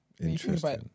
Interesting